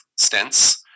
stents